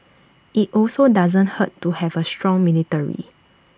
IT also doesn't hurt to have A strong military